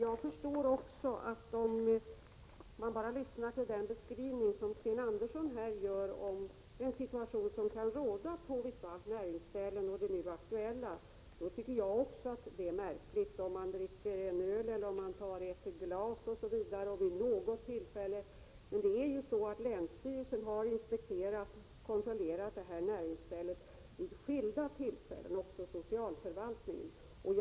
Herr talman! Om man lyssnar till den beskrivning som Sten Andersson i Malmö här ger av den situation som kan råda på vissa näringsställen, och det nu aktuella, tycker jag också att det är märkligt, om det handlar om att dricka öl ur flaska eller ur glas vid något tillfälle, osv. Länsstyrelsen och även socialförvaltningen har vid skilda tillfällen inspekterat och kontrollerat detta näringsställe.